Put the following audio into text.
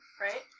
Right